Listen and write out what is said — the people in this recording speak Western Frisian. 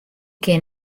kin